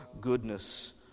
goodness